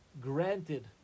Granted